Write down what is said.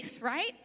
right